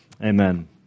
Amen